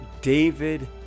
David